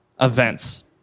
events